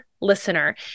listener